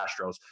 Astros